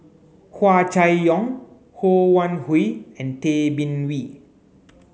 Hua Chai Yong Ho Wan Hui and Tay Bin Wee